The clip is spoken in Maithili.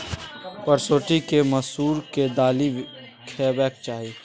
परसौती केँ मसुरीक दालि खेबाक चाही